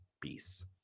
Peace